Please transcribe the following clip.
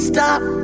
Stop